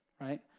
Right